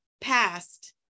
past